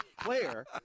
player